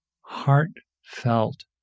heartfelt